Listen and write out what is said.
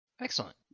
Excellent